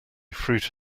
fruit